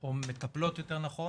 או מטפלות יותר נכון